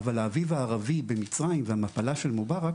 אבל האביב הערבי במצרים והמפלה של מובארק